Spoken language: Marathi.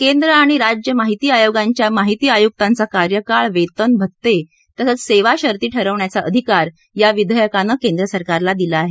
केंद्र आणि राज्यमाहिती आयोगांच्या माहिती आयुकांचा कार्यकाळ वेतन भत्ते तसंच सेवाशर्ती ठरवण्याचा अधिकार या विधेयकानं केंद्रसरकारला दिला आहे